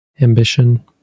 ambition